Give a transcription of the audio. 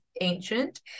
ancient